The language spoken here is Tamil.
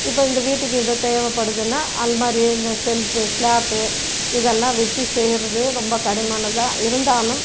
இப்போ இந்த வீட்டுக்கு இது தேவைப்படுதுனால் அலமாரி இந்த செல்ஃபு சிலாப்பு இதெல்லாம் வச்சி செய்கிறது ரொம்ப கடினமானதா இருந்தாலும்